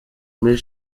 muri